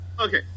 Okay